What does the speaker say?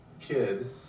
kid